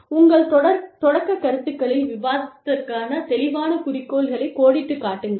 உங்கள் தொடக்கக் கருத்துக்களில் விவாதத்திற்கான தெளிவான குறிக்கோள்களைக் கோடிட்டுக் காட்டுங்கள்